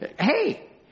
Hey